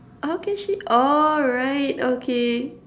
how can she oh right okay